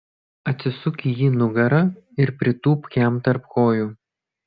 atsisuk į jį nugara ir pritūpk jam tarp kojų